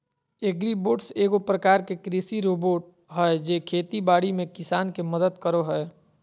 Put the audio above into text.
agribots एगो प्रकार के कृषि रोबोट हय जे खेती बाड़ी में किसान के मदद करो हय